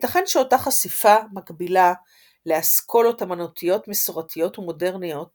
ייתכן שאותה חשיפה מקבילה לאסכולות אמנותיות מסורתיות ומודרניות